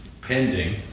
pending